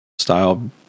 style